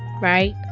right